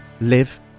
live